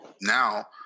now